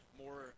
more